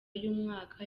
y’umwaka